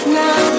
now